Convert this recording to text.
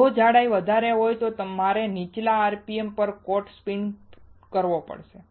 જો જાડાઈ વધારે હોય તો મારે નીચલા rpm પર કોટ સ્પિન કરવો પડશે